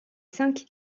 cinq